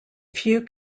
few